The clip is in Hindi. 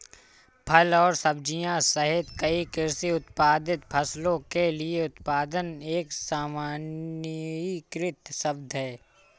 फल और सब्जियां सहित कई कृषि उत्पादित फसलों के लिए उत्पादन एक सामान्यीकृत शब्द है